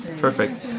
perfect